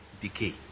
decay